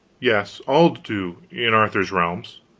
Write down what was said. yes. all do, in arthur's realms.